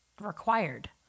required